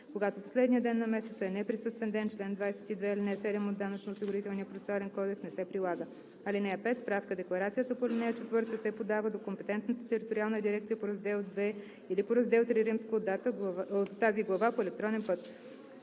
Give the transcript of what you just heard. Когато последният ден на месеца е неприсъствен ден, чл. 22, ал. 7 от Данъчно-осигурителния процесуален кодекс не се прилага. (5) Справка-декларацията по ал. 4 се подава до компетентната териториална дирекция по раздел II или по раздел III от тази глава по електронен път.